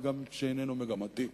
וגם כשאיננו מגמתי,